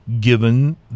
given